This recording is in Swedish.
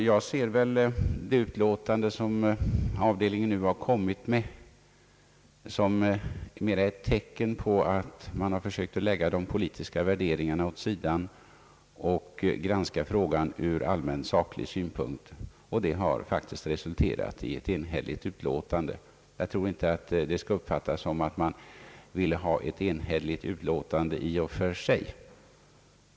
Jag ser det utlåtande som avdelningen nu har kommit med mera som ett tecken på att man försökt lägga de politiska värderingarna åt sidan och granska frågan ur allmän saklig synpunkt, och det har faktiskt resulterat i ett enhälligt utlåtande. Jag tror inte att detta skall uppfattas så, att man i och för sig ville ha ett enhälligt utlåtande.